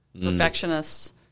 perfectionists